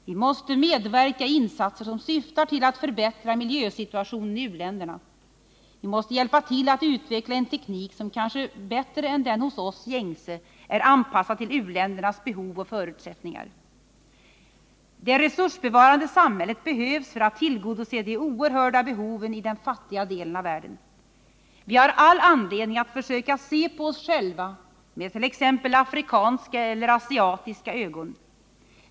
Vi måste medverka i insatser som syftar till att förbättra miljösituationen i u-länderna. Vi måste hjälpa till att utveckla en teknik som kanske bättre än den hos oss gängse är anpassad till u-ländernas behov och förutsättningar. Det resursbevarande samhället behövs för att tillgodose de oerhörda behoven i den fattigaste delen av världen. Vi har all anledning att försöka se på oss själva med t.ex. afrikanska eller asiatiska ögon.